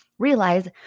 realize